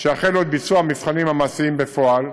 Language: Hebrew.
שיחלו את עריכת המבחנים המעשיים בפועל.